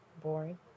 Boring